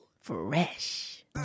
fresh